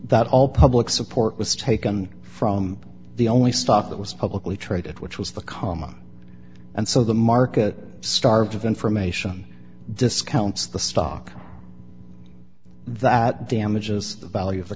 that all public support was taken from the only stock that was publicly traded which was the comma and so the market starved of information discounts the stock that damages the value of